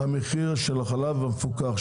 המחיר של החלב המפוקח,